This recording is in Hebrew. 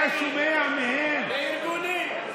אתה שומע מהם, לארגונים?